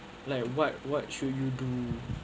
like what what should you do